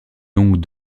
longue